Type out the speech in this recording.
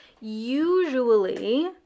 usually